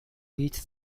each